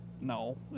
No